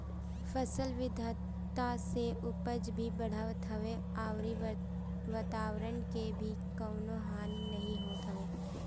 फसल विविधता से उपज भी बढ़त हवे अउरी वातवरण के भी कवनो हानि नाइ होत हवे